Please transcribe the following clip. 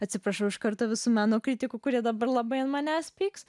atsiprašau iš karto visų meno kritikų kurie dabar labai ant manęs pyks